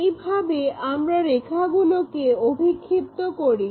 এইভাবে আমরা রেখাগুলোকে অভিক্ষিপ্ত করি